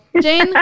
Jane